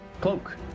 Cloak